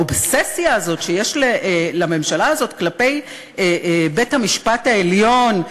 האובססיה הזאת שיש לממשלה הזאת כלפי בית-המשפט העליון,